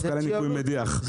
אבקה לניקוי מדיח,